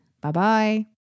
Bye-bye